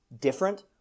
different